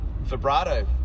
vibrato